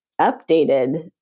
updated